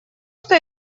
что